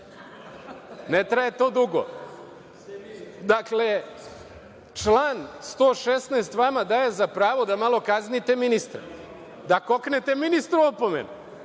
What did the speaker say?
ne traje to dugo. Član 116. vama daje za pravo da malo kaznite ministra, da koknete ministru opomenu,